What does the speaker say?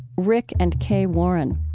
rick and kay warren.